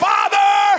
Father